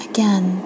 Again